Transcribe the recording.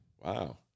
wow